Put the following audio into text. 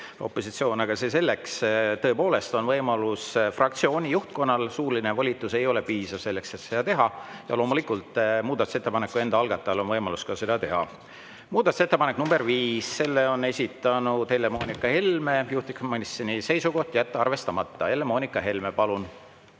saali. Aga see selleks. Tõepoolest on see võimalus fraktsiooni juhtkonnal, aga suuline volitus ei ole piisav selleks, et seda teha. Ja loomulikult, muudatusettepaneku algatajal on ka võimalus seda teha. Muudatusettepanek nr 5, selle on esitanud Helle-Moonika Helme, juhtivkomisjoni seisukoht: jätta arvestamata. Helle-Moonika Helme, palun!